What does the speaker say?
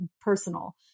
personal